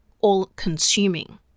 all-consuming